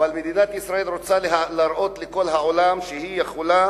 אבל מדינת ישראל רוצה להראות לכל העולם שהיא יכולה